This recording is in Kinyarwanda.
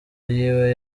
yiwe